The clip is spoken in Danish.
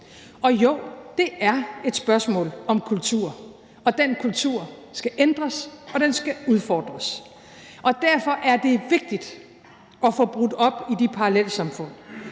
Og jo, det er et spørgsmål om kultur, og den kultur skal ændres, og den skal udfordres. Og derfor er det vigtigt at få brudt de parallelsamfund,